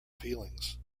feelings